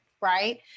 Right